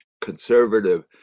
conservative